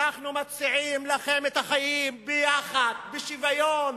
אנחנו מציעים לכם את החיים ביחד, בשוויון.